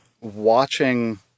watching